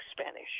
Spanish